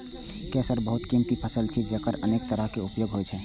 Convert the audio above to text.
केसर बहुत कीमती फसल छियै, जेकर अनेक तरहक उपयोग होइ छै